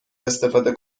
استفاده